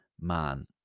man